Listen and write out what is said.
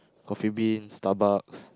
Coffee-Bean Starbucks